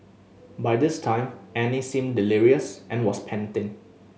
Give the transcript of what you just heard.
by this time Annie seemed delirious and was panting